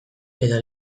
edo